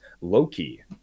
Loki